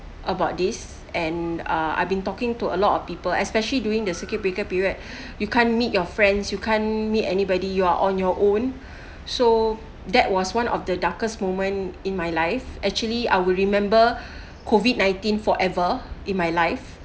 about this and uh I've been talking to a lot of people especially during the circuit breaker period you can't meet your friends you can't meet anybody you're on your own so that was one of the darkest moment in my life actually I will remember COVID nineteen forever in my life